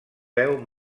beu